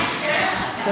החוק,